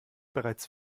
bereits